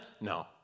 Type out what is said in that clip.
No